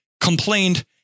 complained